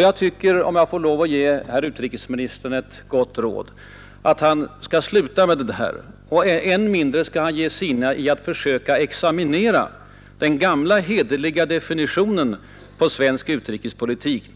Jag tycker, om jag får lov att ge herr utrikesministern ett gott råd, att han skall sluta med det där, och än mindre skall han ge sig in på att försöka examinera den gamla hederliga definitionen på svensk utrikespolitik,